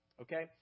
Okay